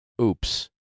oops